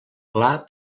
clar